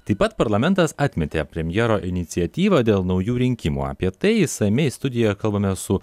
taip pat parlamentas atmetė premjero iniciatyvą dėl naujų rinkimų apie tai išsamiai studijoje kalbamės su